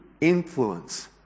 influence